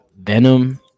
Venom